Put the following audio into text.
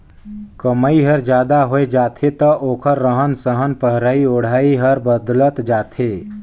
कमई हर जादा होय जाथे त ओखर रहन सहन पहिराई ओढ़ाई हर बदलत जाथे